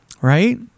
Right